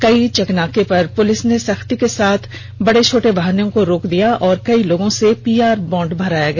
कई चेकनाका पर पुलिस र्न सख्ती के साथ सभी बड़े छोटे वाहनों को रोक दिया गया और कई लोगों से पी आर बांड भरवाया गया